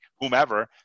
whomever –